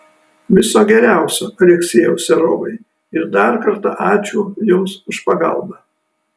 viso geriausio aleksejau serovai ir dar kartą ačiū jums už pagalbą